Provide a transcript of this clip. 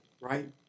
right